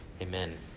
Amen